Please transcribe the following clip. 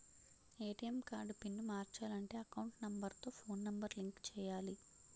ATM card pin మార్చాలంటే account number తో phone number link చేయాలి